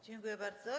Dziękuję bardzo.